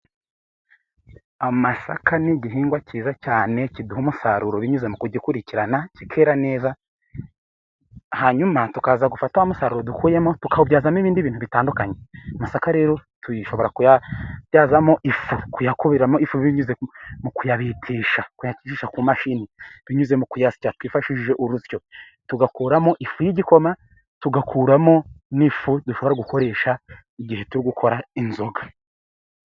Amasaka ni igihingwa cyiza cyane, kiduha umusaruro binyuze mu kugikurikirana, kikera neza. Hanyuma tukaza gufata umusaruro dukuyemo tukawubyazamo ibindi bintu bitandukanye. Amasaka rero dushobora kuyabyazamo ifu, kuyakubimo ifubi binyuze mu kuyabitisha, kuyakisha ku mashini, binyuze mu kuyasya twifashishije urusyo, tugakuramo ifu y'igikoma, tugakuramo n'ifu dushobora gukoresha igihe cyo gukora inzoga.